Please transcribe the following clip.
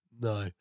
no